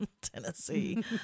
Tennessee